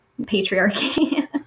patriarchy